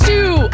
Two